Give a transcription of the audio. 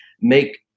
make